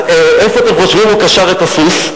אז איפה אתם חושבים הוא קשר את הסוס?